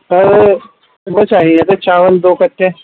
سر وہ چاہیے تھا چاول دو کٹے